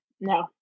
No